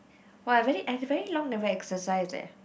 !wah! I very I very long never exercise leh